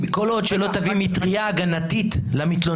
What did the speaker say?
כל עוד שלא תביא מטריה הגנתית למתלוננים,